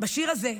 בשיר הזה,